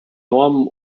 normen